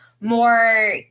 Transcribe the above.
more